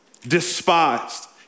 despised